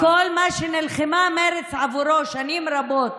כי כל מה שנלחמה מרצ בעבורו שנים רבות,